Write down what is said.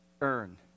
earn